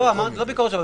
לא ביקורת של בג"ץ.